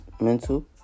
mental